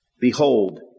Behold